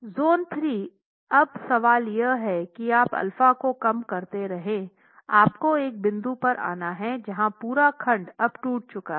zone 3 अब सवाल यह है कि आप α को कम करते रहें आपको एक बिंदु पर आना हैं जहाँ पूरा खंड अब टूट चुका है